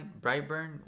Brightburn